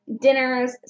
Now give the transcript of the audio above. dinners